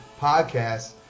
Podcast